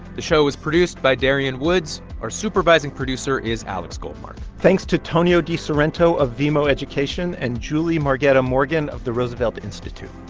the show was produced by darian woods. our supervising producer is alex goldmark thanks to tonio desorrento of vemo education and julie margetta morgan of the roosevelt institute.